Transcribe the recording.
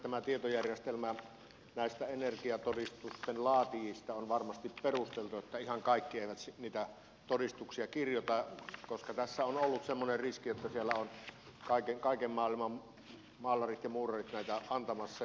tämä tietojärjestelmä energiatodistusten laatijoista on varmasti perusteltu että ihan kaikki eivät niitä todistuksia kirjoita koska tässä on ollut semmoinen riski että siellä on kaiken maailman maalarit ja muurarit näitä antamassa